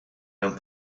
mewn